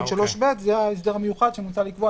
ו-י3ב זה ההסדר המיוחד שמוצע לקבוע